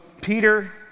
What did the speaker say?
Peter